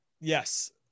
Yes